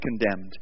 condemned